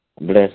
Bless